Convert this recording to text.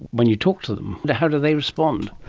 when you talk to them, but how do they respond?